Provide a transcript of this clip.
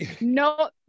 No